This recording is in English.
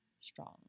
strong